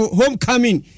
homecoming